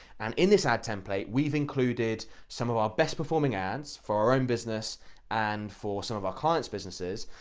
and in this ad template we've included some of our best performing ads for own business and for some of our clients' businesses.